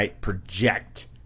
project